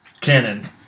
canon